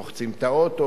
רוחצים את האוטו,